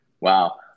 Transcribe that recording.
Wow